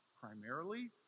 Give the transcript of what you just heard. primarily